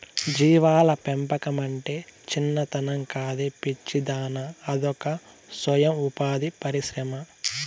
జీవాల పెంపకమంటే చిన్నతనం కాదే పిచ్చిదానా అదొక సొయం ఉపాధి పరిశ్రమ